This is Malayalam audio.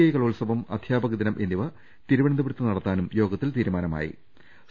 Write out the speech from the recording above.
ഐ കലോത്സവം അധ്യാപ കദിനം എന്നിവ തിരുവനന്തപുരത്ത് നടത്താനും യോഗത്തിൽ തീരുമാനമാ യി